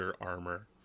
armor